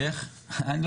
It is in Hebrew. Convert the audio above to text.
אני לא